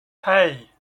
hey